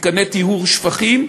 מתקני טיהור שפכים.